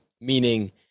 meaning